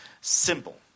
simple